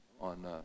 on